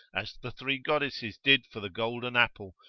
as the three goddesses did for the golden apple,